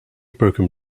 broken